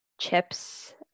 chips